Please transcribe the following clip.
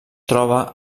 troba